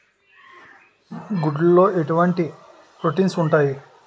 గుడ్లు లో ఎటువంటి ప్రోటీన్స్ ఉంటాయి?